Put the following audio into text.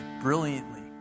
brilliantly